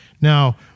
Now